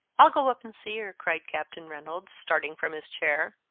i'll go up and see her, cried captain reynolds, starting from his chair.